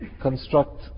construct